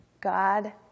God